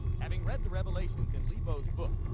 having read the revelations in lebow's book,